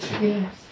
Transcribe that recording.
Yes